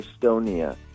Estonia